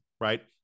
right